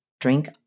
drink